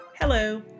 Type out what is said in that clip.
Hello